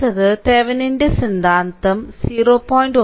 അടുത്തത് തെവെനിന്റെ സിദ്ധാന്തം 0